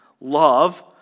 love